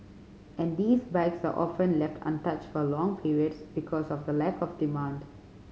and these bikes are often left untouched for long periods because of the lack of demand